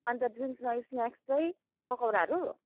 अनि त ड्रिङ्क्सलाई स्न्याक्स चाहिँ पकौडाहरू